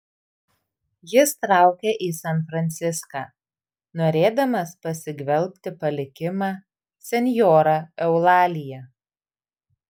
jis traukia į san franciską norėdamas pasigvelbti palikimą senjora eulalija